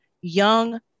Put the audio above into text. young